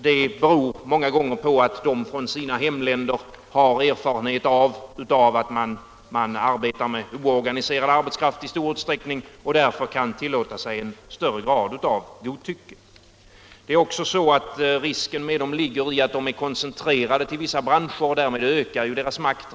Det beror många gånger på att de från sina hemländer är vana vid att arbeta med oorganiserad arbetskraft i stor utsträckning och att därför kunna tillåta sig en större grad av godtycke. Risken med dem ligger också i att de är koncentrerade till vissa branscher; därmed ökar deras makt.